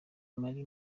marie